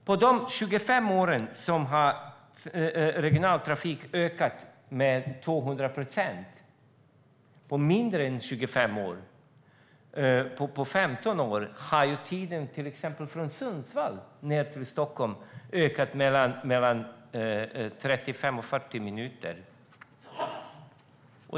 Under 25 år har regionaltrafiken ökat med 200 procent. På bara 15 år har restiden med tåg från Sundsvall till Stockholm ökat med mellan 35 och 40 minuter.